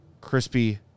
crispy